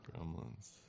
Gremlins